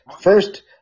First